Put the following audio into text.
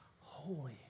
holy